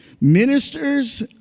ministers